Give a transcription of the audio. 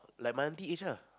like my auntie age lah